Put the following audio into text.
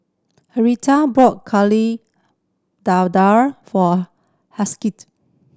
Henriette bought dadar for